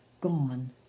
gone